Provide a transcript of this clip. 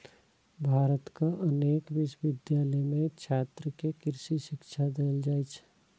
भारतक अनेक विश्वविद्यालय मे छात्र कें कृषि शिक्षा देल जाइ छै